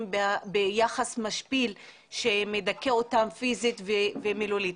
וביחס משפיל שמדכא אותם פיזית ומילולית.